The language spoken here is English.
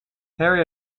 harry